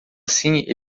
assim